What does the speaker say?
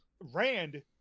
Rand